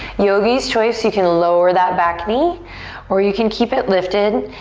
yogi's choice, you can lower that back knee or you can keep it lifted.